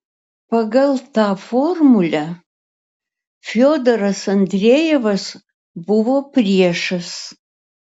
pagal tą formulę fiodoras andrejevas buvo priešas